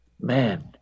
man